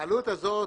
העלות הזאת